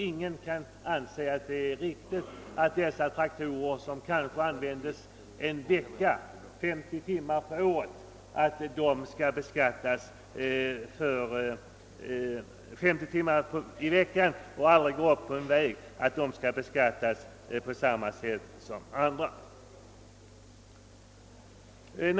Ingen anser det väl riktigt att sådana traktorer, som användes 50 timmar per år och aldrig förs upp på en väg, skall beskattas på samma sätt som andra traktorer.